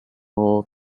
more